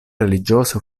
religiose